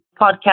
podcast